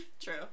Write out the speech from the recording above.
True